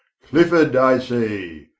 clifford i say,